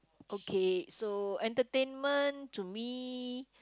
okay so entertainment to me